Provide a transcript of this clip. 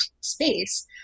space